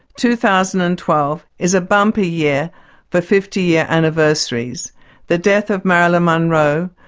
two thousand and twelve, is a bumper year for fifty year anniversaries the death of marilyn munroe,